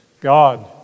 God